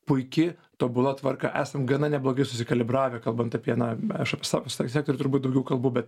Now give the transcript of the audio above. puiki tobula tvarka esam gana neblogai susikalibravę kalbant apie na aš apie savo sektorių turbūt daugiau kalbu bet